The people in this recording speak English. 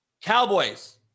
Cowboys